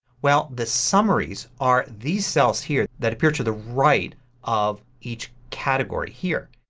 well the summaries are these cells here that appear to the right of each category here.